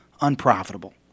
unprofitable